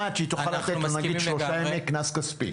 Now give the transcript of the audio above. לתת, נגיד, שלושה ימי קנס כספי.